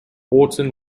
wharton